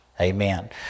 Amen